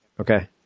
Okay